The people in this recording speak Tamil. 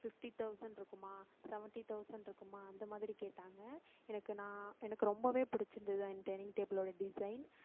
ஃபிஃப்டி தௌசண்ட் இருக்குமா செவன்டி தௌசண்ட் இருக்குமா அந்த மாதிரி கேட்டாங்க எனக்கு நான் எனக்கு ரொம்பவே பிடிச்சி இருந்தது தான் இந்த டைனிங் டேபிளோட டிசைன்